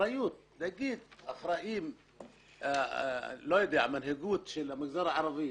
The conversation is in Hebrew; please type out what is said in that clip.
להגיד שאחראית המנהיגות של המגזר הערבי,